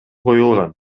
коюлган